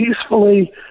peacefully